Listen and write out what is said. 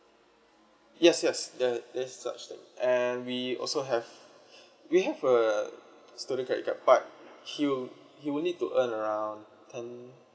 yes yes yeah that's such thing and we also have we have a student credit card but he'll he would need to earn around ten